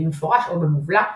במפורש או במובלע,